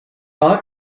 talk